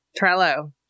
Trello